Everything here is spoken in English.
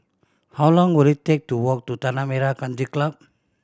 how long will it take to walk to Tanah Merah Come Club